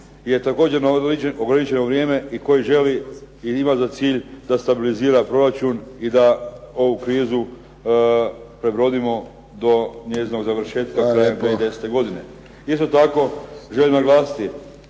je također na ograničeno vrijeme i koji želi ili ima za cilj da stabilizira proračun i da ovu krizu prebrodimo do njezinog završetka krajem 2010. godine. .../Upadica